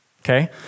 Okay